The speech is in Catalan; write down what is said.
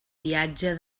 viatge